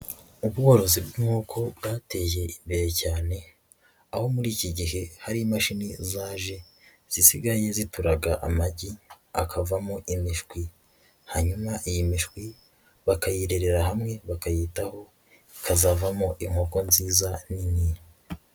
Ubworozi bw'inkoko bwateye imbere cyane aho muri iki gihe hari imashini zaje zisigaye zituraga amagi akavamo imishwi, hanyuma iyi mishwi bakayirerera hamwe bakayitaho, ikazavamo inkoko nziza n'inini.